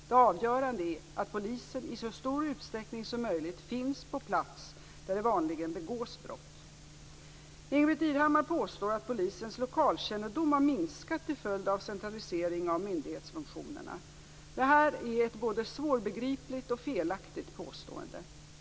Det avgörande är att polisen i så stor utsträckning som möjligt finns på plats där det vanligen begås brott. Ingbritt Irhammar påstår att polisens lokalkännedom har minskat till följd av centraliseringen av myndighetsfunktionerna. Detta är ett både svårbegripligt och felaktigt påstående.